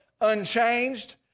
unchanged